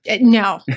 no